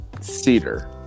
cedar